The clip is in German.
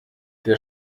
der